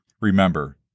Remember